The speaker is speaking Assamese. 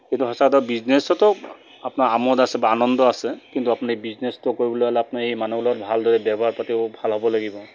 এইটো সচৰাচৰ বিজনেছতো আপোনাৰ আমোদ আছে বা আনন্দ আছে কিন্তু আপুনি বিজনেচটো কৰিবলৈ হ'লে আপুনি এই মানুহত ভালদৰে ব্যৱহাৰ পাতিবোৰ ভাল হ'ব লাগিব